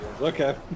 Okay